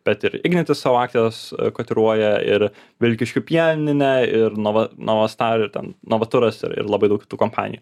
bet ir ignitis slovakijos kotiruoja ir vilkiškių pieninė ir nova nova star ir ten novaturas ir ir labai daug kitų kompanijų